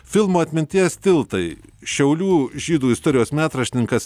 filmą atminties tiltai šiaulių žydų istorijos metraštininkas